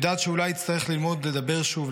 יודעת שאולי יצטרך ללמוד לדבר שוב,